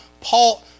Paul